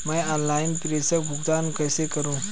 मैं ऑनलाइन प्रेषण भुगतान कैसे करूँ?